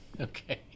okay